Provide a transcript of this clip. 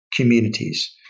communities